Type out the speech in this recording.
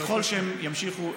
ככל שהם ימשיכו.